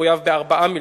מחויב ב-4 מיליון,